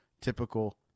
typical